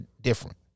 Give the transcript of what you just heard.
different